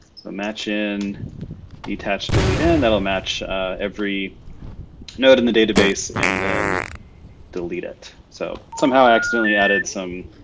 so match in detached, delete it. and that'll match every node in the database and then delete it. so somehow accidentally added some,